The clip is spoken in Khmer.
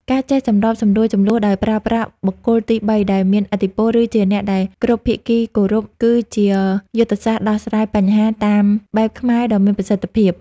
ការចេះសម្របសម្រួលជម្លោះដោយប្រើប្រាស់បុគ្គលទីបីដែលមានឥទ្ធិពល ឬជាអ្នកដែលគ្រប់ភាគីគោរព គឺជាយុទ្ធសាស្ត្រដោះស្រាយបញ្ហាតាមបែបខ្មែរដ៏មានប្រសិទ្ធភាព។